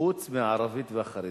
חוץ מהאוכלוסייה הערבית והחרדית.